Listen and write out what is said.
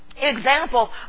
Example